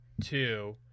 two